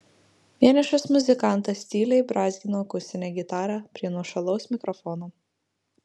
vienišas muzikantas tyliai brązgino akustinę gitarą prie nuošalaus mikrofono